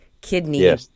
kidney